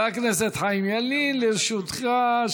חבר הכנסת חיים ילין, לרשותך.